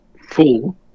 full